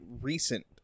recent